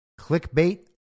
clickbait